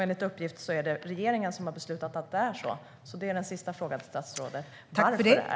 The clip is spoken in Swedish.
Enligt uppgift har regeringen beslutat att det ska vara så. Varför?